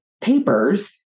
papers